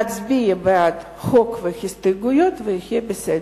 נצביע בעד החוק וההסתייגויות ויהיה בסדר.